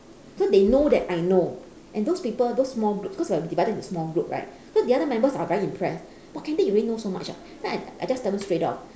so they know that I know and those people those small group because we are divided into small group right so the other members are very impressed !wah! candy you really know so much ah then I I just tell them straight off